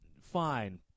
fine